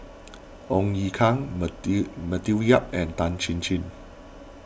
Ong Ye Kung Matthew Yap and Tan Chin Chin